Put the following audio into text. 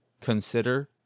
consider